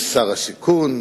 השיכון,